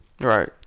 Right